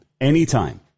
Anytime